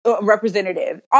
representative